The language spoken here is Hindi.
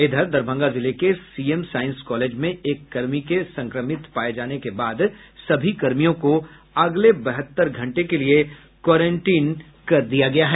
इधर दरभंगा जिले के सीएम साइंस कॉलेज में एक कर्मी के संक्रमित के पाये जाने के बाद सभी कर्मियों को अगले बहत्तर घंटे के लिये क्वारेनटाईन कर दिया गया है